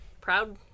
Proud